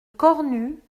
cornu